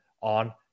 on